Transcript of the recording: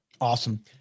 awesome